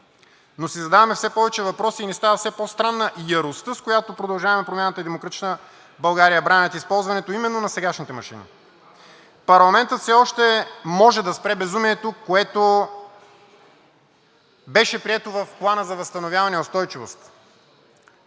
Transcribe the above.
но си задаваме все повече въпроси и ни става все по странна яростта, с която „Продължаваме Промяната“ и „Демократична България“ бранят използването именно на сегашните машини. Парламентът все още може да спре безумието, което беше прието в Плана за възстановяване и устойчивост.